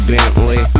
Bentley